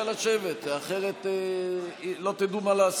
לשבת, אחרת לא תדעו מה לעשות.